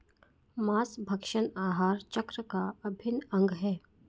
माँसभक्षण आहार चक्र का अभिन्न अंग है